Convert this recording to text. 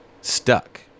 stuck